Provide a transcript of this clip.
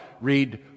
read